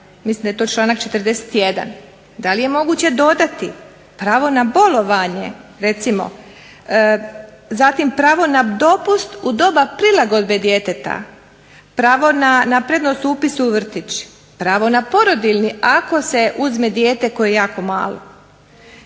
mislim da je to članak 41. da li je moguće dodati pravo na bolovanje recimo, zatim pravo na dopust u doba prilagodbe djeteta, pravo na prednost upisa u vrtić, pravo na porodiljni ako se uzme dijete koje je jako malo,